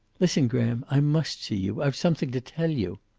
listen, graham, i must see you. i've something to tell you.